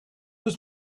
was